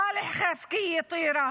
סאלח ח'אסקיה מטירה,